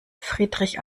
friedrich